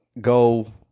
go